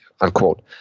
unquote